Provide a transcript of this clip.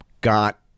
got